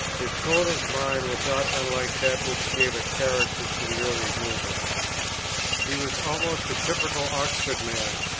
his tone of mind was not unlike that which gave a character to the early movement he was almost a typical oxford man,